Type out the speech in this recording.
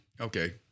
Okay